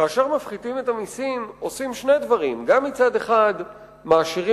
כאשר מפחיתים את המסים עושים שני דברים: מצד אחד מעשירים